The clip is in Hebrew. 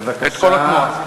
את כל התנועה.